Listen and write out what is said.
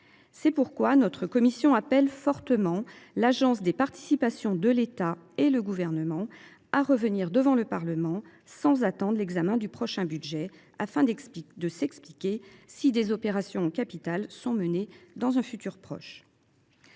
C’est pourquoi notre commission appelle fortement l’APE et le Gouvernement à revenir devant le Parlement, sans attendre l’examen du prochain budget, afin de nous expliquer si des opérations en capital sont prévues dans un futur proche.